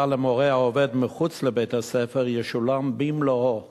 למורה העובד מחוץ לבית-הספר ישולם במלואו